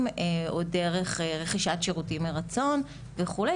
או דרך רכישת שירותים מרצון וכדומה,